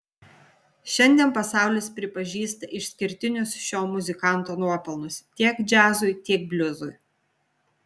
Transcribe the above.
šiandien pasaulis pripažįsta išskirtinius šio muzikanto nuopelnus tiek džiazui tiek bliuzui